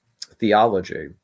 theology